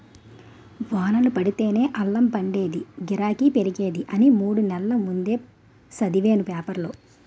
వానలు పడితేనే అల్లం పండేదీ, గిరాకీ పెరిగేది అని మూడు నెల్ల ముందే సదివేను పేపరులో